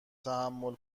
تحمل